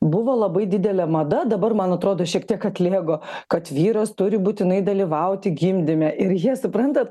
buvo labai didelė mada dabar man atrodo šiek tiek atlėgo kad vyras turi būtinai dalyvauti gimdyme ir jie suprantat